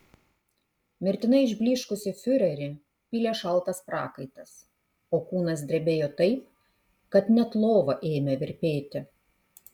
mirtinai išblyškusį fiurerį pylė šaltas prakaitas o kūnas drebėjo taip kad net lova ėmė virpėti